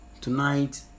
tonight